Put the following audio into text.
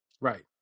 Right